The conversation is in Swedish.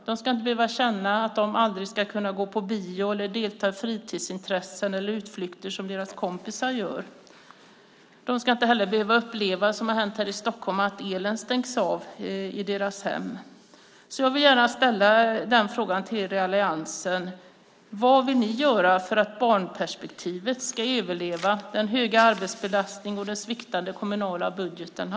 De ska inte behöva känna att de aldrig kan gå på bio eller delta i de fritidsaktiviteter eller utflykter som deras kompisar har möjlighet till. De ska inte heller behöva uppleva att elen stängs av i deras hem, vilket hänt i Stockholm. Jag vill därför gärna fråga allianspartierna vad de vill göra för att barnperspektivet ska överleva den höga arbetsbelastningen och de sviktande kommunala budgetarna.